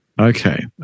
Okay